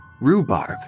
Rhubarb